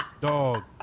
Dog